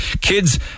Kids